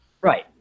Right